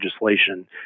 legislation